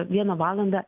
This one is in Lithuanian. vieną valandą